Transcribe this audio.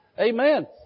Amen